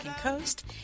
coast